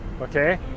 Okay